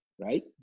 right